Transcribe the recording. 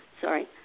Sorry